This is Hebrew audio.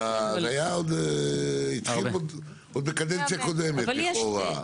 זה התחיל עוד בקדנציה קודמת, לכאורה.